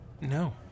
no